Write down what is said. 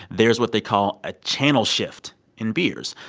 there's what they call a channel shift in beers.